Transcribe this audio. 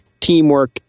teamwork